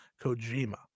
Kojima